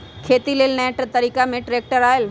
खेती लेल नया तरिका में ट्रैक्टर आयल